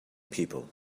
people